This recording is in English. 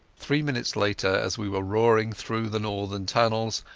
three minutes later, as we were roaring through the northern tunnels,